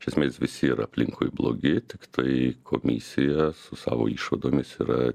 iš esmės visi yra aplinkui blogi tiktai komisija su savo išvadomis yra